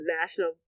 National